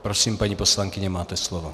Prosím, paní poslankyně, máte slovo.